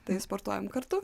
tai sportuojam kartu